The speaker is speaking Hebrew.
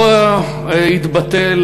לא התבטל